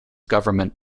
government